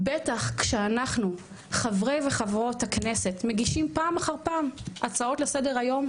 בטח שאנחנו חברי וחברות הכנסת מגישים פעם אחר פעם הצעות לסדר היום,